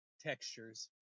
textures